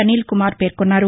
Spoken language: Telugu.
అనిల్ కుమార్ పేర్కొన్నారు